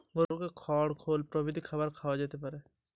গরু কে কি ধরনের পশু আহার খাওয়ানো যেতে পারে?